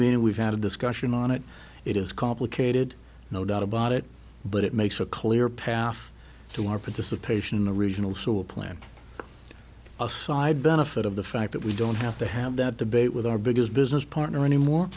me and we've had a discussion on it it is complicated no doubt about it but it makes a clear path to our participation in the regional so a plan a side benefit of the fact that we don't have to have that debate with our biggest business partner anymore